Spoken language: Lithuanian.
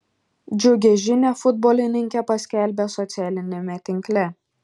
džiugią žinią futbolininkė paskelbė socialiniame tinkle